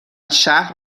شهر